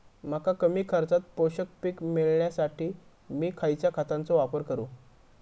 मका कमी खर्चात पोषक पीक मिळण्यासाठी मी खैयच्या खतांचो वापर करू?